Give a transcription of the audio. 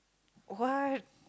what